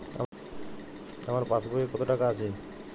আমার পাসবই এ কত টাকা আছে?